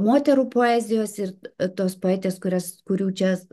moterų poezijos ir tos poetės kurios kurių čia